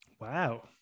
Wow